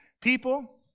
people